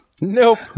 Nope